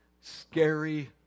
scary